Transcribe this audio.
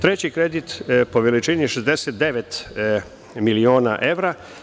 Treći kredit po veličini je 69 miliona evra.